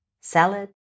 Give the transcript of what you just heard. salad